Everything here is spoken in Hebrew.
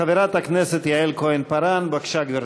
מס' 5855. חברת הכנסת יעל כהן-פארן, בבקשה, גברתי.